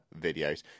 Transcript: videos